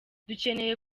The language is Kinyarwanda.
dukeneye